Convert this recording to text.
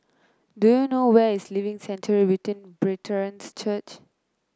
do you know where is Living Sanctuary return Brethren's Church